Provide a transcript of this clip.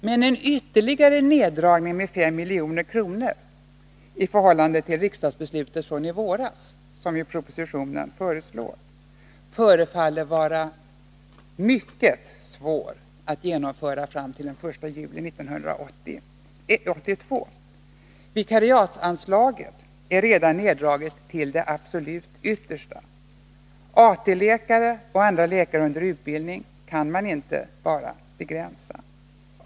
Men en ytterligare nedskärning med 5 milj.kr. i förhållande till riksdagsbeslutet från i våras, vilket ju föreslås i propositionen, förefaller mycket svår att genomföra fram till den 1 juli 1982. Vikariatsanslaget är redan neddraget till det absolut yttersta. Antalet AT-läkare och andra läkare under utbildning kan man inte begränsa.